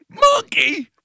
monkey